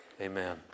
Amen